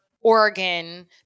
Oregon